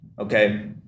Okay